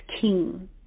king